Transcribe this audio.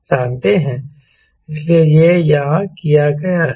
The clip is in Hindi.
इसलिए यह यहाँ किया गया है